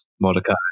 Mordecai